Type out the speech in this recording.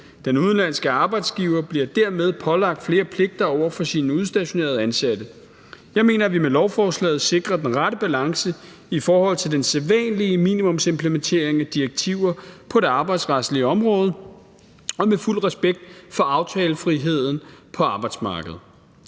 Den udenlandske arbejdsgiver bliver dermed pålagt flere pligter over for sine udstationerede ansatte. Jeg mener, at vi med lovforslaget sikrer den rette balance i forhold til den sædvanlige minimumsimplementering af direktiver på det arbejdsretlige område og med fuld respekt for aftalefriheden på arbejdsmarkedet.